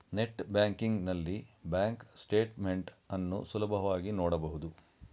net banking ನಲ್ಲಿ bank statement ಅನ್ನು ಸುಲಭವಾಗಿ ನೋಡಬಹುದು